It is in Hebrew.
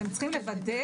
אתם צריכים לוודא